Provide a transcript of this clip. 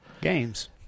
Games